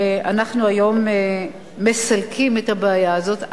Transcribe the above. שאנחנו היום מסלקים את הבעיה הזאת.